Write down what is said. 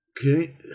Okay